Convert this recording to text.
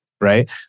right